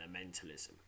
elementalism